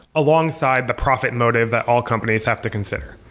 alongside the profit motive that all companies have to consider.